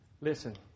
Listen